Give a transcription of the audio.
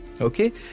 Okay